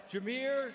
Jameer